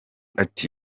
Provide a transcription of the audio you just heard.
ati